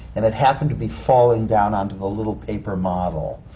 and it happened to be falling down onto the little paper model.